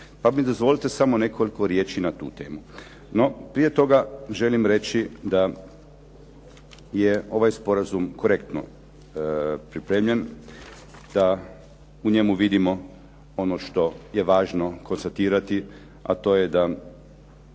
Pa mi dozvolite samo nekoliko riječi na tu temu. No, prije toga želim reći da je ovaj sporazum korektno pripremljen, da u njemu vidimo ono što je važno konstatirati, a to je da